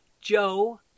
Joe